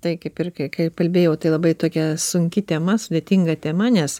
tai kaip ir kiek kalbėjau tai labai tokia sunki tema sudėtinga tema nes